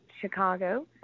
Chicago